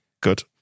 good